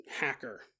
hacker